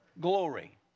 glory